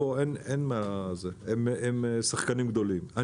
הם שחקנים גדולים.